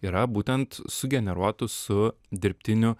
yra būtent sugeneruotų su dirbtiniu